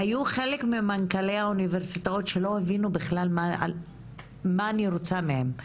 היו חלק ממנכ"לי האוניברסיטאות שלא הבינו בכלל מה אני רוצה מהם.